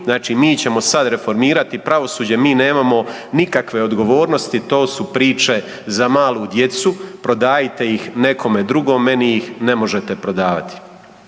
znači mi ćemo sad reformirati pravosuđe, mi nemamo nikakve odgovornosti, to su priče za malu djecu, prodajite ih nekome drugom, meni ih ne možete prodavati.